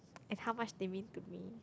and how much they mean to me